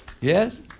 Yes